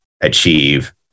achieve